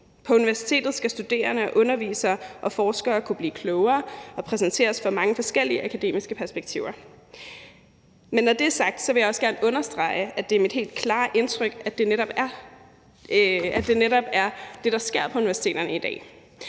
På universitetet skal studerende, undervisere og forskere kunne blive klogere og præsenteres for mange forskellige akademiske perspektiver. Men når det er sagt, vil jeg også gerne understrege, at det er mit helt klare indtryk, at det netop er det, der sker på universiteterne i dag,